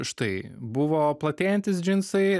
štai buvo platėjantys džinsai